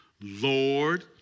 Lord